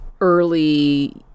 early